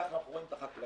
כך אנחנו רואים את החקלאות.